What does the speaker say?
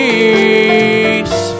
Peace